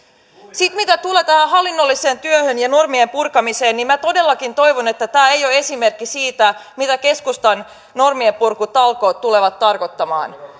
sitten mitä tulee hallinnolliseen työhön ja normien purkamiseen niin minä todellakin toivon että tämä ei ole esimerkki siitä mitä keskustan normienpurkutalkoot tulevat tarkoittamaan